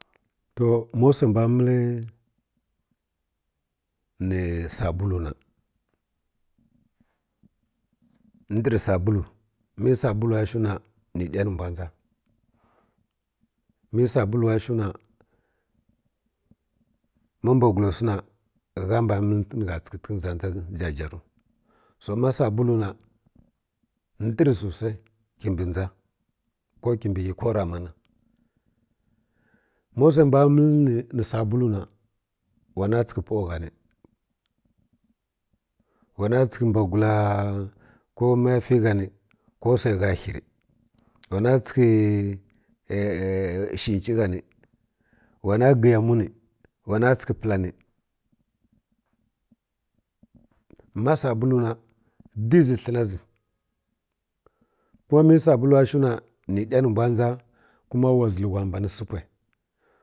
To ma usai mbw məl ni sabul na ndər subulu mə sabuləwa shiw na hə nɗa ni mbw dʒa mə subulawa shir na ma mbwgulo wsi na gha mbani məl təkə ni gha tsəkə nə za jajaru su ma sabulu na ndəri susai mbi dʒa ko kibi ghə ko rama na ma wsai mbaw inəl ni sabulu na wana tsəkə pwa gha ni wa na tsəkə mbugula ko maya ti gha ni ko wsai gha hi rə wana tsəkə shənchi gha ni wana gi yamu ni wa na tsəkə pla ni ma sabulu na dizi ha na zi ko mə sabuluwa shiw na ni nɗa ni mbw dʒa kuma ira zilhuwa mbani sə pwə